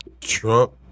Trump